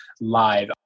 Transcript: live